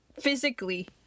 physically